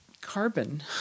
carbon